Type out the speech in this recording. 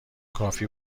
کافی